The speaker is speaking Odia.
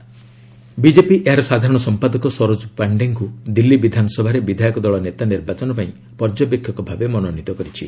ବିଜେପି ଅବଜରଭସ୍ ବିଜେପି ଏହାର ସାଧାରଣ ସମ୍ପାଦକ ସରୋଜ ପାଣ୍ଡେଙ୍କୁ ଦିଲ୍ଲୀ ବିଧାନସଭାରେ ବିଧାୟକ ଦଳ ନେତା ନିର୍ବାଚନ ପାଇଁ ପର୍ଯ୍ୟବେକ୍ଷକ ଭାବେ ମନୋନୀତ କରିଛି